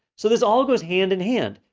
so this all goes hand in hand.